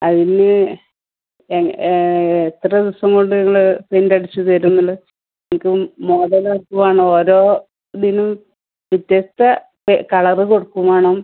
അതിന് എത്ര ദിവസം കൊണ്ട് നിങ്ങൾ പെയ്ടിന്റ് അടിച്ച് തരും നിങ്ങൾ മോഡല് ഓരോതിനും വ്യത്യസ്ത കളറ് കൊടുക്കും വേണം